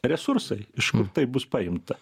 resursai iš kur tai bus paimta